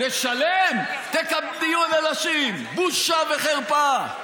נשלם, תהיינה נשים, בושה וחרפה.